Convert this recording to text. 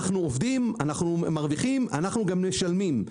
אנו עובדים, אנחנו מרוויחים ואנחנו גם משלמים.